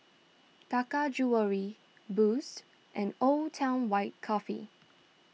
Taka Jewelry Boost and Old Town White Coffee